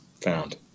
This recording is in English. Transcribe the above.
found